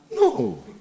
No